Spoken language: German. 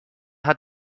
hat